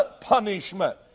punishment